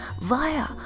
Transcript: via